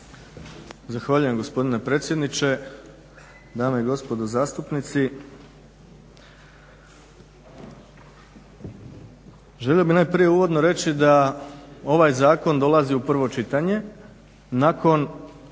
Zahvaljujem gospodine predsjedniče. Dame i gospodo zastupnici. Želio bih najprije uvodno reći da ovaj zakon dolazi u prvo čitanje nakon